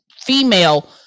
female